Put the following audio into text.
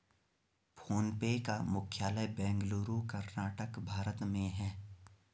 phone पे का मुख्यालय बेंगलुरु, कर्नाटक, भारत में है